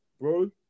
Bro